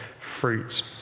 fruits